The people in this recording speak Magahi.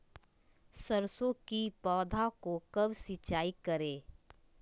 सरसों की पौधा को कब सिंचाई करे?